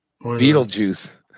Beetlejuice